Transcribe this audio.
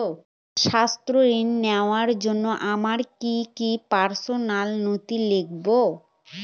স্বাস্থ্য ঋণ নেওয়ার জন্য আমার কি কি পার্সোনাল নথি লাগবে?